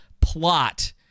plot